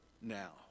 now